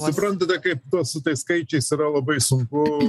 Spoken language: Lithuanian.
suprantate kaip ta su tais skaičiais yra labai sunku